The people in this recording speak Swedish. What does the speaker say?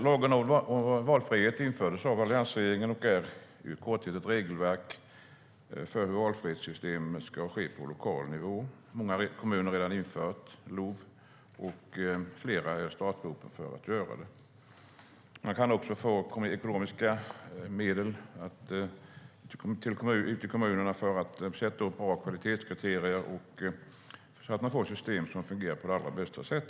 Lagen om valfrihet infördes av alliansregeringen och är i korthet ett regelverk för hur valfrihetssystem ska tillämpas på lokal nivå. Många kommuner har redan infört LOV, och flera är i startgroparna för att göra det. Kommunerna kan också få ekonomiska medel för att sätta upp bra kvalitetskriterier så att man får system som fungerar på allra bästa sätt.